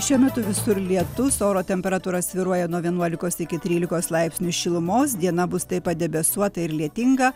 šiuo metu visur lietus oro temperatūra svyruoja nuo vienuolikos iki trylikos laipsnių šilumos diena bus taip pat debesuota ir lietinga